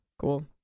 Cool